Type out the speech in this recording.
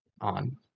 on